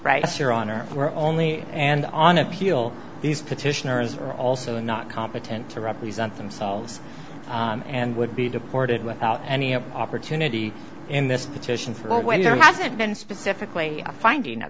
rights your honor we're only and on appeal these petitioners are also not competent to represent themselves and would be deported without any of opportunity in this petition for the winner hasn't been specifically finding